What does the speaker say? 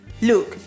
Look